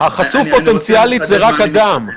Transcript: החשוף פוטנציאלי הוא רק אדם.